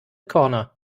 corner